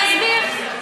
אני אסביר.